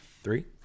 Three